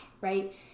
right